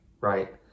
right